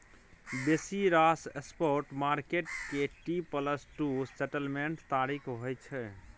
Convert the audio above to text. बेसी रास spot market के टी प्लस टू सेटलमेंट्स तारीख होइ छै